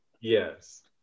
Yes